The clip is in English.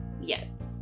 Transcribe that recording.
Yes